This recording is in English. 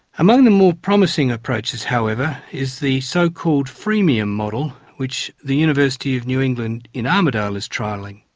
among the more promising approaches, however, is the so-called freemium model which the university of new england in armidale is trialling.